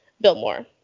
Biltmore